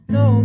no